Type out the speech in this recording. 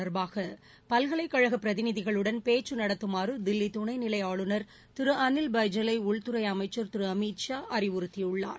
தொடர்பாக பல்கலைக்கழக பிரதிநிதிகளுடன் பேச்சு நடத்துமாறு தில்லி துணை நிலை திரு அனில் பைஜாலை உள்துறை அமைச்சர் திரு அமித் ஆளுமர் விர அறிவுறுத்தியுள்ளார்